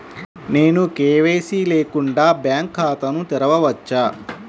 నేను కే.వై.సి లేకుండా బ్యాంక్ ఖాతాను తెరవవచ్చా?